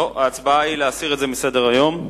ההצבעה היא להסיר את זה מסדר-היום.